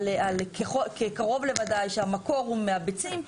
קרוב לוודאי שהמקור הוא מהביצים,